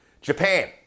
Japan